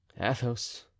athos